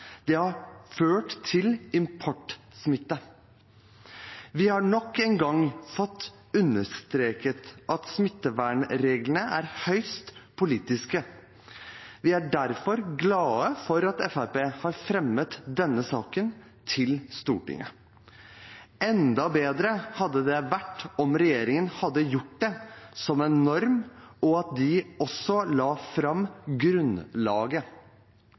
Det har ført til importsmitte. Vi har nok en gang fått understreket at smittevernreglene er høyst politiske, og vi er derfor glade for at Fremskrittspartiet har fremmet denne saken for Stortinget. Enda bedre hadde det vært om regjeringen hadde gjort det som en norm, og at de også la fram grunnlaget.